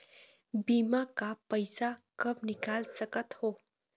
बीमा का पैसा कब निकाल सकत हो?